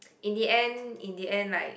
in the end in the end like